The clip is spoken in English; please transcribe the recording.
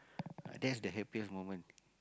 that's the happiest moment